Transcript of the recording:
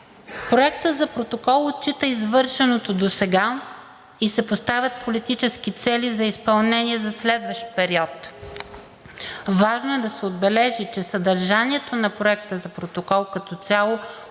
Проектът за протокол отчита извършеното досега и се поставят политически цели за изпълнение за следващ период. Важно е да се отбележи, че съдържанието на Проекта за протокол като цяло